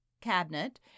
cabinet